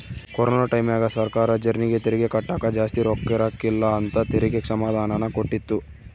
corona ಟೈಮ್ಯಾಗ ಸರ್ಕಾರ ಜರ್ನಿಗೆ ತೆರಿಗೆ ಕಟ್ಟಕ ಜಾಸ್ತಿ ರೊಕ್ಕಿರಕಿಲ್ಲ ಅಂತ ತೆರಿಗೆ ಕ್ಷಮಾದಾನನ ಕೊಟ್ಟಿತ್ತು